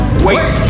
Wait